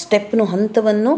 ಸ್ಟೆಪ್ನೂ ಹಂತವನ್ನು